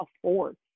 afford